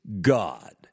God